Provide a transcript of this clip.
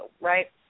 right